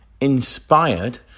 inspired